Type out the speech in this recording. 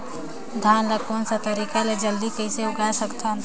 धान ला कोन सा तरीका ले जल्दी कइसे उगाय सकथन?